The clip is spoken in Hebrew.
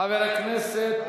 חבר הכנסת